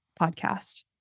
podcast